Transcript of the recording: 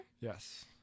yes